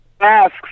Masks